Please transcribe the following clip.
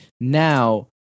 Now